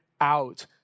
out